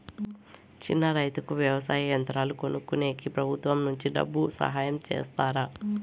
చిన్న రైతుకు వ్యవసాయ యంత్రాలు కొనుక్కునేకి ప్రభుత్వం నుంచి డబ్బు సహాయం చేస్తారా?